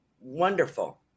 Wonderful